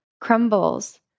crumbles